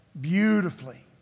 beautifully